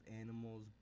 animals